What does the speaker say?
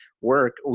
work